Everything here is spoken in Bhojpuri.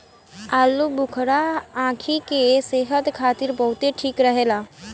आलूबुखारा आंखी के सेहत खातिर बहुते ठीक रहेला